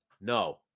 No